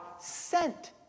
sent